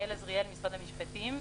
אני גאל עזריאל ממשרד המשפטים.